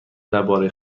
درباره